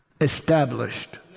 established